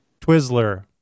Twizzler